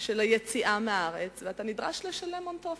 של היציאה מהארץ, ואתה נדרש לשלם הון תועפות.